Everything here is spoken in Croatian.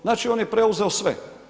Znači, on je preuzeo sve.